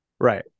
right